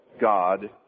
God